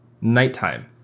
nighttime